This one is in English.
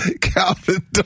Calvin